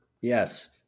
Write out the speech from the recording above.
Yes